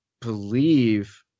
believe